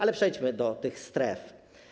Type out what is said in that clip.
Ale przejdźmy do tych stref.